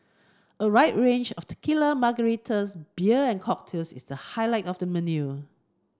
a wide range of tequila margaritas beer and cocktails is the highlight of the menu